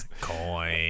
Coin